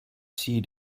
see